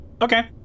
Okay